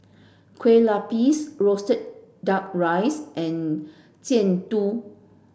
Kueh lapis roasted duck rice and Jian Dui